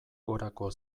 gorako